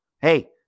Hey